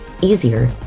easier